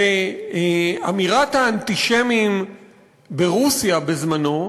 כאמירת האנטישמים ברוסיה בזמנו: